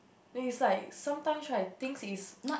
is like sometimes try to think is